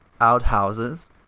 outhouses